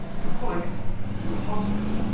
to collect your passwords.